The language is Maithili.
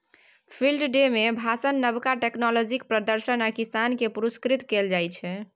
फिल्ड डे मे भाषण, नबका टेक्नोलॉजीक प्रदर्शन आ किसान केँ पुरस्कृत कएल जाइत छै